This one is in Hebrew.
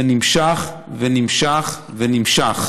זה נמשך ונמשך ונמשך